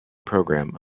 programme